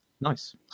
nice